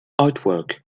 artwork